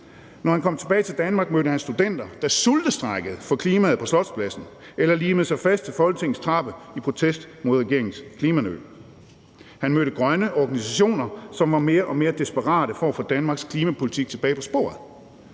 Når han kom tilbage til Danmark, mødte han studenter, der sultestrejkede for klimaet på Slotspladsen eller limede sig fast til Folketingets trappe i protest mod regeringens klimanøl. Han mødte grønne organisationer, som var mere og mere desperate for at få Danmarks klimapolitik tilbage på sporet,